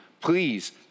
Please